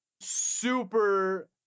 super